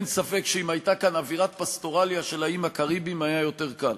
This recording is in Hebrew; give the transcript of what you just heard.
אין ספק שאם הייתה כאן אווירת פסטורליה של האיים הקריביים היה יותר קל.